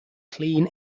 clean